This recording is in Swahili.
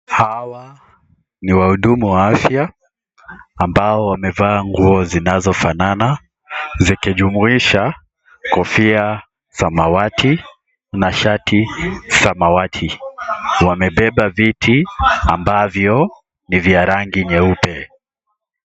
Hawa, niwahudumu wa afya, ambao, wamevaa nguo zinazo fanana, zikijumuisha, kofia, samawati, na shati, samawati, wamebeba viti, ambavyo, ni vya rangi nyeupe.